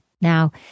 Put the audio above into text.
Now